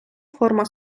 форма